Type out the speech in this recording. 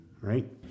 Right